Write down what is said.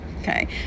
okay